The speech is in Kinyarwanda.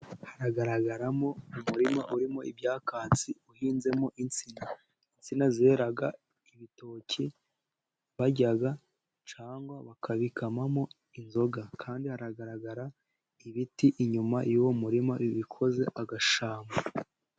Hagaragaramo umurima urimo ibyakatsi uhinzemo insinga. Insinga zera ibitoki barya cyangwa bakabikamamo inzoga, kandi hagaragara ibiti inyuma y'uwo murima bikoze agashyamba.